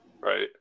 Right